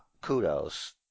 kudos